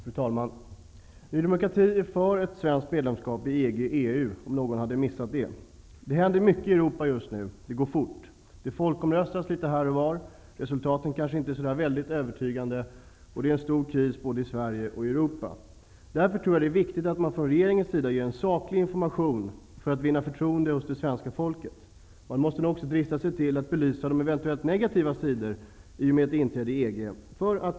Fru talman! Knappast någon kan ha undgått att notera att Ny demokrati är för ett svenskt medlemskap i EG/EU. Det händer mycket i Europa just nu, och det går fort. Det folkomröstas litet här och var. Resultaten kanske inte är så där väldigt övertygande. Det är en stor kris både i Sverige och ute i det övriga Europa. Därför tror jag att det är viktigt att man från regeringens sida ger en saklig information för att vinna förtroende hos det svenska folket. Man måste nog för att skapa förtroende också drista sig till att belysa de eventuellt negativa sidorna av ett inträde i EG.